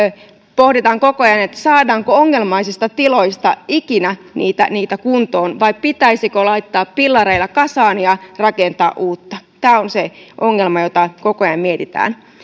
pohditaan koko ajan saadaanko ongelmaisia tiloja ikinä kuntoon vai pitäisikö ne laittaa pillareilla kasaan ja rakentaa uutta tämä on se ongelma jota koko ajan mietitään